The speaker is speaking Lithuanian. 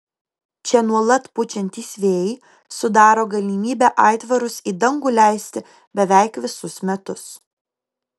čia nuolat pučiantys vėjai sudaro galimybę aitvarus į dangų leisti beveik visus metus